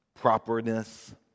properness